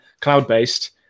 cloud-based